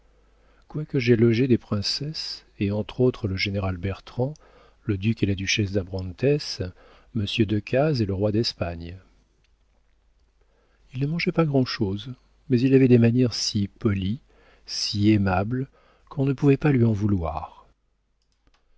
quoique j'aie logé des princesses et entre autres le général bertrand le duc et la duchesse d'abrantès monsieur decazes et le roi d'espagne il ne mangeait pas grand'chose mais il avait des manières si polies si aimables qu'on ne pouvait pas lui en vouloir